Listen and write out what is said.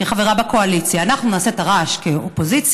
כחברה בקואליציה, אנחנו נעשה את הרעש כאופוזיציה.